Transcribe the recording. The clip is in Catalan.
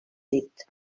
dit